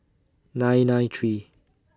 nine nine three